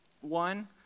One